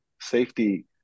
safety